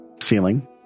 Ceiling